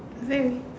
very